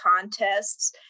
contests